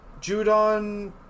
Judon